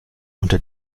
unter